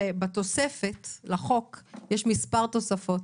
בתוספת לחוק יש כמה תוספות.